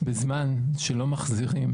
בזמן שלא מחזירים